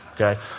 Okay